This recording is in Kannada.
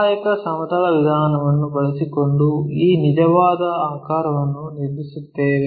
ಸಹಾಯಕ ಸಮತಲ ವಿಧಾನವನ್ನು ಬಳಸಿಕೊಂಡು ಈ ನಿಜವಾದ ಆಕಾರಗಳನ್ನು ನಿರ್ಮಿಸುತ್ತೇವೆ